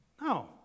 No